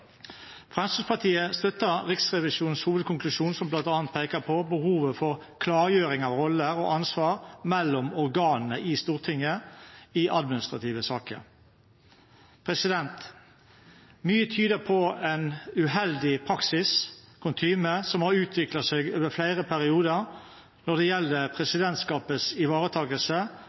Fremskrittspartiet støtter Riksrevisjonens hovedkonklusjon, som bl.a. peker på behovet for klargjøring av roller og ansvar mellom organene i Stortinget i administrative saker. Mye tyder på en uheldig praksis, kutyme, som har utviklet seg over flere perioder når det gjelder presidentskapets ivaretakelse